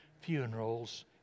funerals